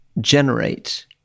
generate